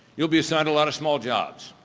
you'll be assigned a lot of small jobs,